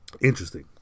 Interesting